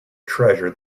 treasure